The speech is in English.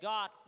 God